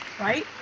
right